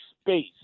space